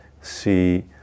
see